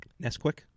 Nesquik